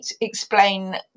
explain